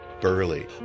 Burley